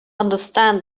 understand